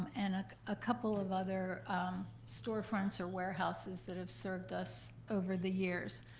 and a ah couple of other storefronts or warehouses that have served us over the years.